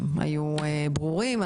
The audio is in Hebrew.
הם היו ברורים.